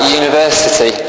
university